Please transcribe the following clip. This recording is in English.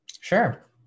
Sure